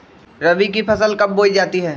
रबी की फसल कब बोई जाती है?